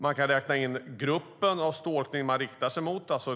Man kan också räkna in vem eller vilka stalkningen riktar sig emot.